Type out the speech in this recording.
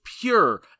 pure